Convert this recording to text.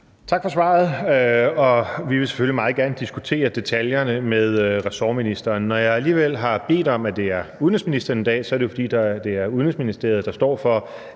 Tak for svaret. Vi vil selvfølgelig meget gerne diskutere detaljerne med ressortministeren. Når jeg alligevel har bedt om, at det er udenrigsministeren, der står her i dag, er det jo, fordi det er Udenrigsministeriet, der står for